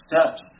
steps